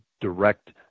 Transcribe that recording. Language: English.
direct